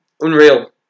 Unreal